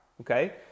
okay